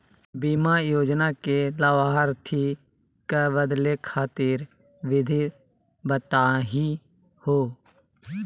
बीमा योजना के लाभार्थी क बदले खातिर विधि बताही हो?